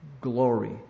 glory